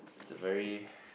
that's a very